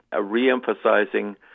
re-emphasizing